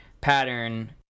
pattern